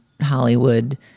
Hollywood